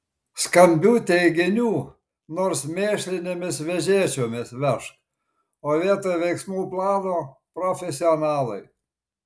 skambių teiginių nors mėšlinėmis vežėčiomis vežk o vietoj veiksmų plano profesionalai